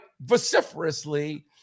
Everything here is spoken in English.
vociferously